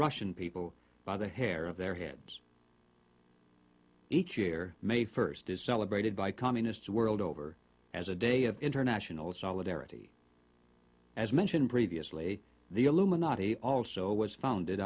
russian people by the hair of their heads each year may first is celebrated by communists the world over as a day of international solidarity as mentioned previously the illuminati also was founded